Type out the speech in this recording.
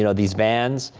you know these vans.